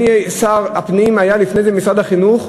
אדוני שר הפנים היה לפני זה במשרד החינוך,